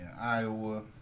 Iowa